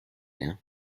now